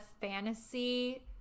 fantasy